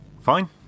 Fine